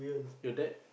your dad